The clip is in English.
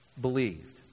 believed